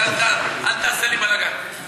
אל תעשה לי בלגן.